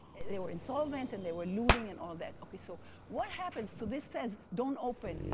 they were insolvent, and they were looting and all that, okay so what happens so this says don't open,